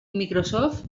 microsoft